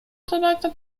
directed